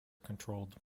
controlled